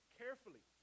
carefully